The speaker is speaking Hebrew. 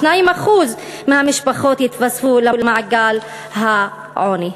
2% מהמשפחות יתווספו למעגל העוני.